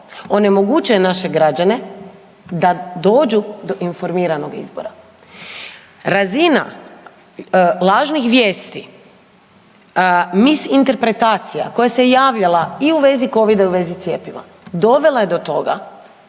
onemogućuje naše građane da dođu do informiranog izbora. Razina lažnih vijesti mis interpretacija koja se javljala i u vezi covida i u vezi cjepiva dovela je to toga,